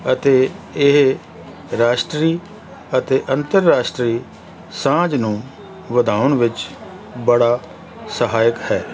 ਅਤੇ ਇਹ ਰਾਸ਼ਟਰੀ ਅਤੇ ਅੰਤਰਰਾਸ਼ਟਰੀ ਸਾਂਝ ਨੂੰ ਵਧਾਉਣ ਵਿੱਚ ਬੜਾ ਸਹਾਇਕ ਹੈ